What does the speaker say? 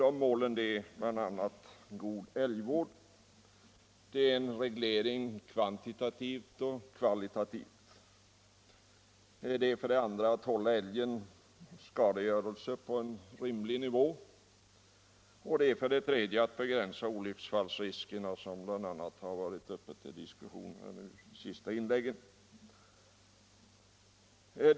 Dessa mål är bl.a. att åstadkomma god älgvård, att få till stånd en reglering kvantitativt och kvalitativt, att hålla älgens skadegörelse på en rimlig nivå och att begränsa olycksfallsriskerna, något som bl.a. har varit uppe till diskussion i de senaste inläggen här.